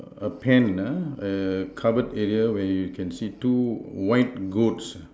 a pen uh a covered area where you can see two white goats